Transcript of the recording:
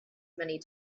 many